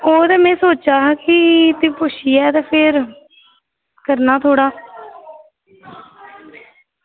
होर में सोचा दा हा कि तुगी पुच्छियै ते फिर करना थोह्ड़ा